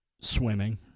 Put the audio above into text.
Swimming